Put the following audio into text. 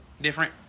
different